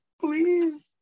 Please